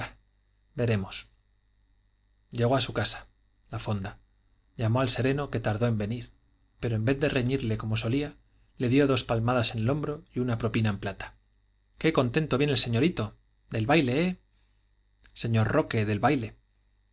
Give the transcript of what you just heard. veremos llegó a su casa la fonda llamó al sereno que tardó en venir pero en vez de reñirle como solía le dio dos palmadas en el hombro y una propina en plata qué contento viene el señorito del baile eh señor roque del baile